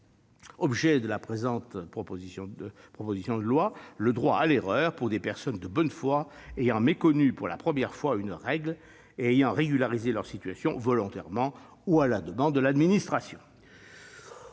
objet de la présente proposition de loi :« le droit à l'erreur » pour les personnes de bonne foi ayant méconnu pour la première fois une règle et ayant régularisé leur situation, volontairement ou à la demande de l'administration.